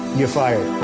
you're fired